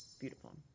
beautiful